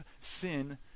sin